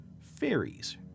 Fairies